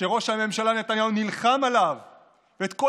שראש הממשלה נתניהו נלחם עליו ואת כל